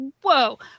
whoa